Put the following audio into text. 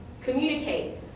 communicate